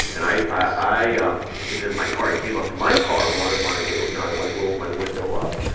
and i i um was in my car he came up to my car, wanted money. i go, no. i like rolled my window up.